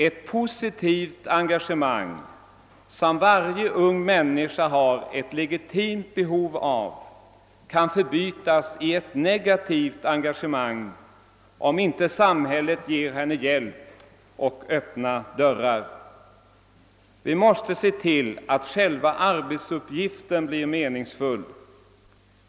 Ett positivt engagemang, som varje ung människa har ett legitimt behov av, kan förbytas i ett negativt engagemang, om inte samhället ger henne hjälp och öppna dörrar. Vi måste se till att själva arbetsuppgiften blir meningsfull.